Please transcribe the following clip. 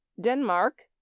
Denmark